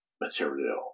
material